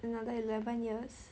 another eleven years